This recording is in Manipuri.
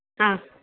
ꯑꯥ